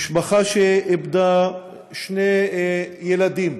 משפחה שאיבדה שני ילדים